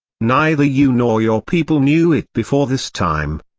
neither you nor your people knew it before this time.